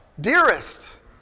dearest